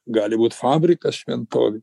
gali būt fabrikas šventovė